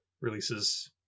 releases